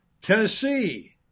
Tennessee